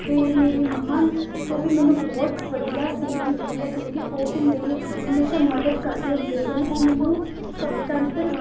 ਅਤੇ ਮੇਰੀ ਮੰਮਾ ਤੋਂ ਵੀ ਮੈਨੂੰ ਬਹੁਤ ਵਧੀਆ ਸੀਖ ਮਿਲਦੀ ਹੈ ਕਿਉਂਕਿ ਉਹ ਵੀ ਮੇਰੀ ਹਮੇਸ਼ਾ ਮਦਦ ਕਰਦੇ ਹੁੰਦੇ ਸਨ ਉਹ ਮੈਨੂੰ ਸਵਤੰਤਰ